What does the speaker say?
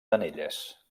anelles